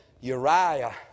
Uriah